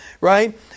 right